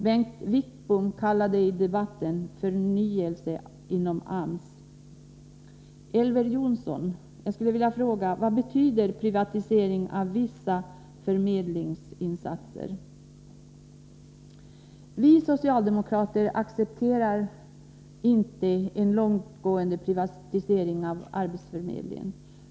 Bengt Wittbom kallade det i debatten ”en förnyelse inom AMS”. Jag skulle vilja fråga Elver Jonsson: Vad betyder privatisering av vissa förmedlingsinsatser? Vi socialdemokrater accepterar inte en långtgående privatisering av arbetsförmedlingen.